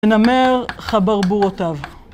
ונמר חברבורותיו.